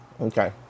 Okay